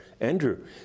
Andrew